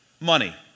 money